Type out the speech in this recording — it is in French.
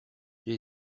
j’ai